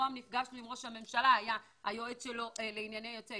נפגשנו גם עם ראש הממשלה ועם היועץ שלו לענייני יוצאי